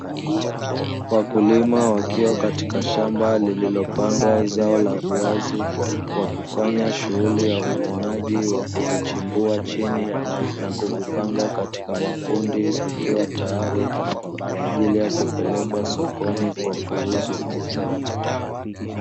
Wakulima wakiwa katika shamba lililopandwa zao la viazi wakifanya shughuli ya uvunaji wa kuvichimbua chini na kuvipanga katika makundi, vikiwa tayari kwa ajili ya kupelekwa sokoni kwa kuuzwa.